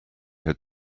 had